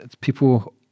people